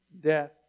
death